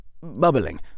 bubbling